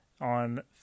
on